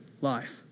life